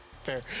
fair